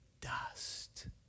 dust